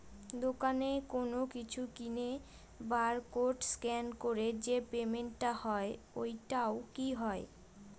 দোকানে কোনো কিছু কিনে বার কোড স্ক্যান করে যে পেমেন্ট টা হয় ওইটাও কি হয়?